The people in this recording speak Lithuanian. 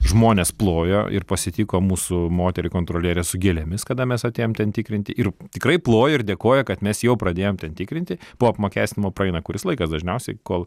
žmonės plojo ir pasitiko mūsų moterį kontrolierę su gėlėmis kada mes atėjom ten tikrinti ir tikrai plojo ir dėkojo kad mes jau pradėjom ten tikrinti po apmokestinimo praeina kuris laikas dažniausiai kol